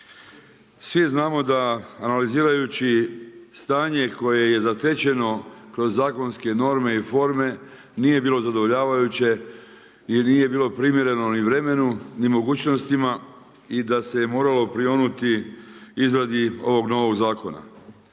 Svi znamo da analizirajući stanje koje je zatečeno kroz zakonske norme i forme nije bilo zadovoljavajuće jer nije bilo primjereno ni vremenu ni mogućnostima i da se je moralo prionuti izradi ovog novog zakona.